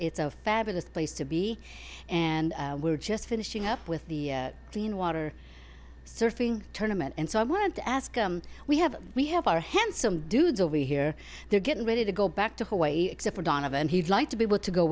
it's a fabulous place to be and we're just finishing up with the dean water surfing tournaments and so i wanted to ask we have we have our handsome dude so we hear they're getting ready to go back to hawaii except for donovan he'd like to be able to go